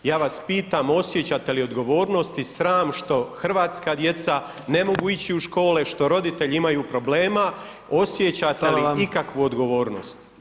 Ja vas pitam osjećate li odgovornost i sram što hrvatska djeca ne mogu ići u škole, što roditelji imaju problema, osjećate li ikakvu odgovornost?